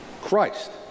Christ